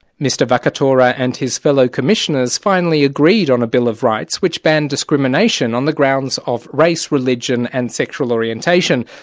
mr vakatora and his fellow commissioners finally agreed on a bill of rights which banned discrimination on the grounds of race, religion and sexual orientation.